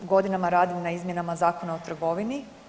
Godinama radim na izmjenama Zakona o trgovini.